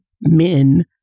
men